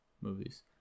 movies